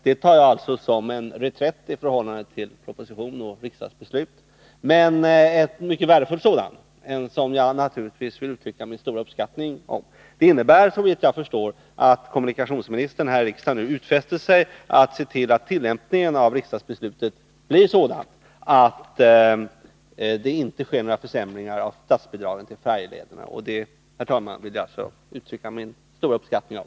Det tar jag som en reträtt i förhållande till propositionen och riksdagsbeslutet men en mycket värdefull sådan, som jag naturligtvis vill uttrycka min stora uppskattning av. Såvitt jag förstår utfäster sig kommunikationsministern nu att se till att tillämpningen av riksdagsbeslutet blir sådan att det inte sker några försämringar av statsbidragen till färjelederna. Det vill jag, herr talman, uttrycka min stora uppskattning av.